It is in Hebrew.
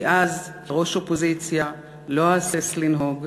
כי אז כראש אופוזיציה לא אהסס לנהוג